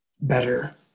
better